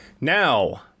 Now